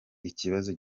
ikibazo